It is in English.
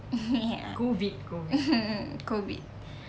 ya mmhmm COVID